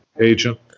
agent